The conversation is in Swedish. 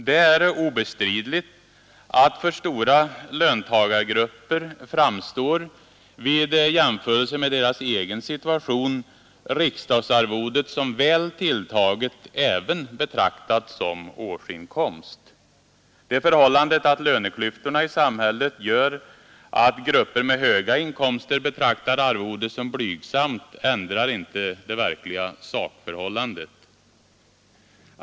Det är obestridligt att för stora Nr 145 löntagargrupper framstår, vid jämförelse med deras egen situation, Tisdagen den riksdagsarvodet som väl tilltaget, även betraktat som årsinkomst. Det 4 december 1973 förhållandet att löneklyftorna i samhället gör att grupper med höga ————— inkomster betraktar arvodet som blygsamt ändrar inte det verkliga Åndringiersätt sakförhållandet.